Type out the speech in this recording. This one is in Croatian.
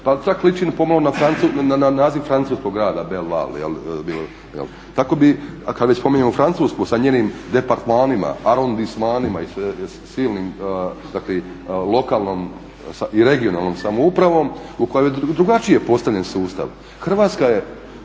pa čak liči pomalo na naziv francuskog grada Belval jel'. A kad već spominjemo Francusku s njenim departmanima, arondismanima i silnom dakle lokalnom i regionalnom samoupravom u kojoj je drugačije postavljen sustav. Hrvatska je,